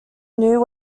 new